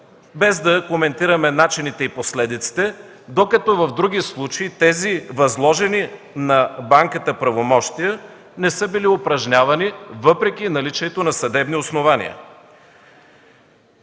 без да коментираме начините и последиците, докато в други случаи тези възложени на банката правомощия не са били упражнявани въпреки наличието на съдебни основания.